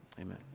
amen